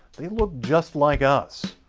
they look just like us.